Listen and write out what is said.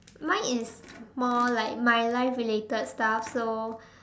mine is more like my life related stuff so